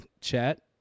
chat